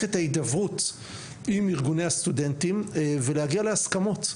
את ההידברות עם ארגוני הסטודנטים ולהגיע להסכמות,